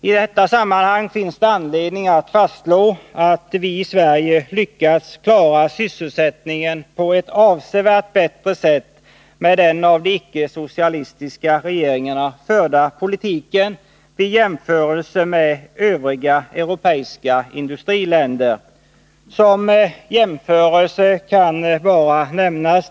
I detta sammanhang finns det anledning att fastslå att vi i Sverige har lyckats klara sysselsättningen på ett avsevärt bättre sätt med den av de ickesocialistiska regeringarna förda politiken jämfört med övriga europeiska industriländer.